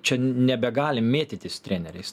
čia nebegalim mėtytis treneriais